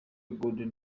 golden